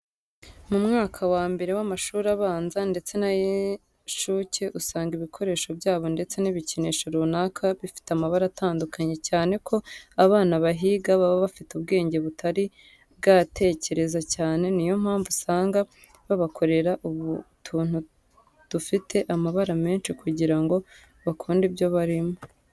Mu mwaka wa mbere w'amashuri abanza ndetse n'ay'inshuke usanga ibikoresho byabo ndetse n'ibikinisho runaka bifite amabara atandukanye cyane ko abana bahiga baba bafite ubwenge butari bwatekereza cyane, niyo mpamvu usanga babakorera utuntu dufite amabara menshi kugira ngo bakunde ibyo barimo.